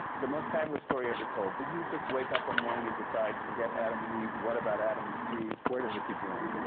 the most fabulous story ever told, did you just wake up one morning and decide, forget adam and eve. what about adam and steve? where did it begin?